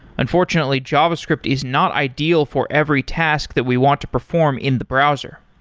unfortunately, java script is not ideal for every task that we want to perform in the browser.